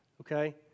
Okay